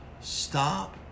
Stop